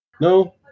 No